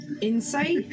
Insight